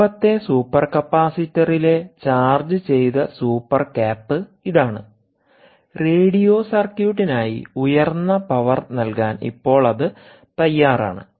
മുമ്പത്തെ സൂപ്പർ കപ്പാസിറ്ററിലെചാർജ് ചെയ്ത സൂപ്പർ ക്യാപ് ഇതാണ് റേഡിയോ സർക്യൂട്ടിനായി ഉയർന്ന പവർ നൽകാൻ ഇപ്പോൾ ഇത് തയ്യാറാണ്